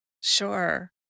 sure